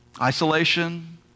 Isolation